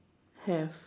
have